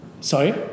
Sorry